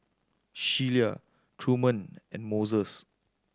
Sheila Truman and Moses